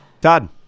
Todd